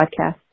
podcast